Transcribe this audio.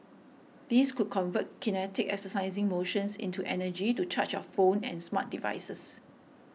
these could convert kinetic exercising motions into energy to charge your phones and smart devices